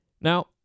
Now